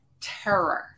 terror